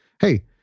hey